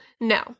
No